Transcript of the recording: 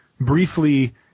briefly